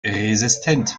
resistent